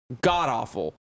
God-awful